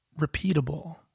repeatable